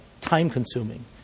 Time-consuming